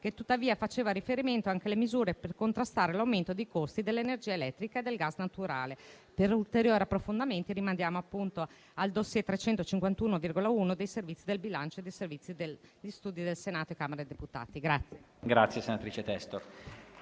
che tuttavia faceva riferimento anche alle misure per contrastare l'aumento dei costi dell'energia elettrica e del gas naturale. Per ulteriori approfondimenti rimandiamo appunto al *dossier* n. 351/1 dei Servizi del bilancio e dei Servizi studi del Senato e della Camera dei deputati.